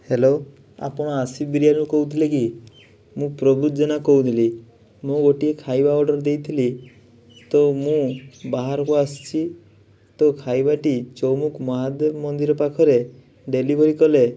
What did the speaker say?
hello ଆପଣ ଆସିବିରିଆରରୁ କହୁଥିଲେ କି ମୁଁ ପ୍ରଭୁ ଜେନା କହୁଥିଲି ମୁଁ ଗୋଟିଏ ଖାଇବା ଅର୍ଡର୍ ଦେଇଥିଲି ତ ମୁଁ ବାହାରକୁ ଆସିଛି ତ ଖାଇବାଟି ଚୌମୁକ୍ ମହାଦେବ ମନ୍ଦିର ପାଖରେ ଡେଲିଭରି କଲେ